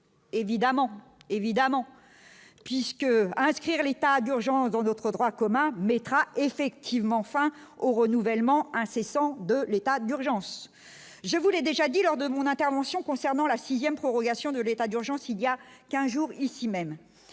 évidemment, évidemment, puisque à inscrire l'état d'urgence dans notre droit commun mettra effectivement enfin au renouvellement incessant de l'état d'urgence, je vous l'ai déjà dit lors de mon intervention concernant la 6ème prorogation de l'état d'urgence, il y a 15 jours, ici même,